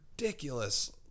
ridiculous